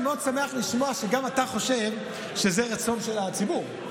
אני מאוד שמח לשמוע שגם אתה חושב שזה רצון של הציבור.